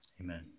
Amen